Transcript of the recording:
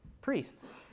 Priests